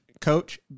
Coach